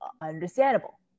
Understandable